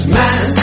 man